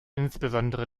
insbesondere